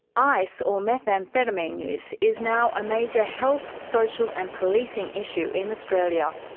ice, or methamphetamine use is now a major health, social and policing issue in australia,